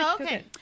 Okay